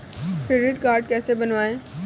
Credit card कैसे बनवाएँ?